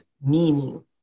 meaning